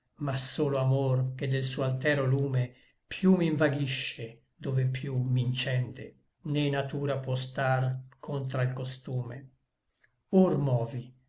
ma solo amor che del suo altero lume piú m'invaghisce dove piú m'incende né natura può star contra'l costume or movi